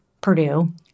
Purdue